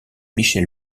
michel